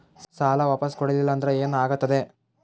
ಸಾಲ ವಾಪಸ್ ಕೊಡಲಿಲ್ಲ ಅಂದ್ರ ಏನ ಆಗ್ತದೆ?